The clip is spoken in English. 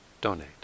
donate